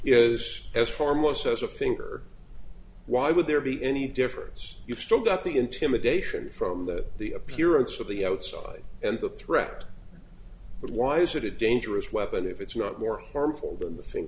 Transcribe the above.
is as far most as a finger why would there be any difference you've still got the intimidation from that the appearance of the outside and the threat but why is it a dangerous weapon if it's not more harmful than the thin